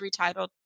retitled